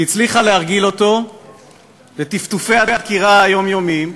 היא הצליחה להרגיל אותו לטפטופי הדקירה היומיומיים,